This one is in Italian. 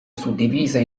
suddivisa